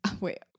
Wait